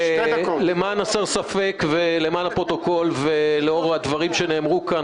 למען הסר ספק ולמען הפרוטוקול ולאור הדברים שנאמרו כאן,